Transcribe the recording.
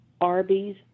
Arby's